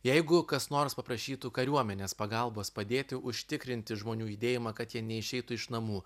jeigu kas nors paprašytų kariuomenės pagalbos padėti užtikrinti žmonių judėjimą kad jie neišeitų iš namų